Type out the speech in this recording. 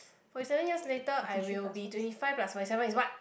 forty seven years later I will be twenty five plus forty seven is what